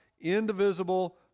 indivisible